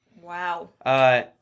Wow